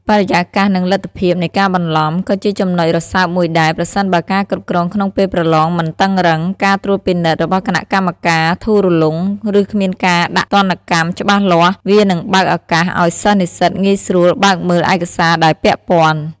បរិយាកាស និងលទ្ធភាពនៃការបន្លំ ក៏ជាចំណុចរសើបមួយដែរ ប្រសិនបើការគ្រប់គ្រងក្នុងពេលប្រឡងមិនតឹងរ៉ឹង ការត្រួតពិនិត្យរបស់គណៈកម្មការធូររលុង ឬគ្មានការដាក់ទណ្ឌកម្មច្បាស់លាស់ វានឹងបើកឱកាសឱ្យសិស្សនិស្សិតងាយស្រួលបើកមើលឯកសារដែលពាក់ព័ន្ធ។